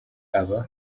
aba